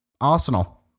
Arsenal